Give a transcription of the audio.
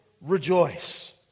rejoice